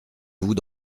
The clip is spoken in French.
vous